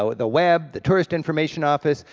ah the web, the tourist information office,